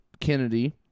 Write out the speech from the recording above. Kennedy